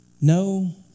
No